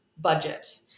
budget